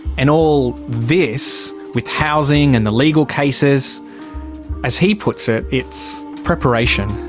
and all this with housing and the legal cases as he puts it, it's preparation.